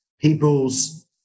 people's